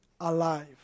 alive